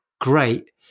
great